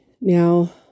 Now